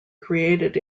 created